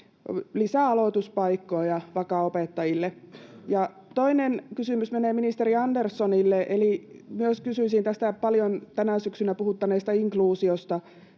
lisää aloituspaikkoja vaka-opettajille. Ja toinen kysymys menee ministeri Anderssonille. Myös minä kysyisin tästä tänä syksynä paljon puhuttaneesta inkluusiosta: